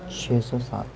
چھ سو سات